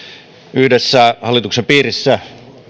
yhdessä hallituksen piirissä